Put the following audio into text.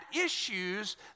issues